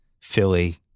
Philly